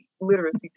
literacy